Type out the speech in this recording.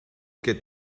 get